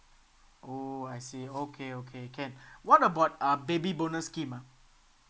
oh I see okay okay can what about uh baby bonus scheme ah